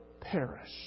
perish